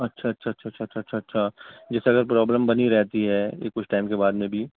اچھا اچھا اچھا اچھا اچھا اچھا جیسے اگر پرابلم بنی رہتی ہے کہ کچھ ٹائم کے بعد میں بھی